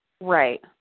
Right